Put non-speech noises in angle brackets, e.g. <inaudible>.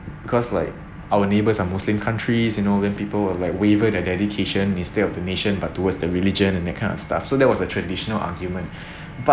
because like our neighbours are muslim countries you know when people will like waiver their dedication instead of the nation but towards the religion and that kind of stuff so that was a traditional argument <breath> but